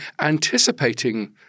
anticipating